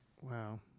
Wow